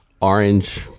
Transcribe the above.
orange